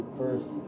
first